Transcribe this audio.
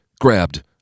grabbed